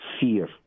fear